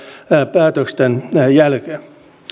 päätösten jälkeen